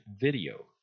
video